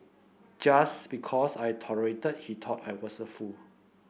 just because I tolerated he thought I was a fool